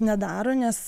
nedaro nes